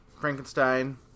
Frankenstein